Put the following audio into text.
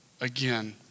again